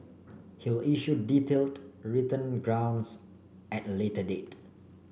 he will issue detailed written grounds at a later date